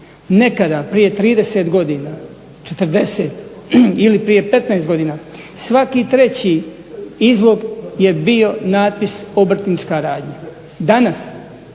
nekada prije 30 godina, 40 ili prije 15 godina svaki treći izlog je bio natpis obrtnička radnja. Danas